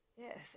yes